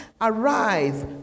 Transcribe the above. Arise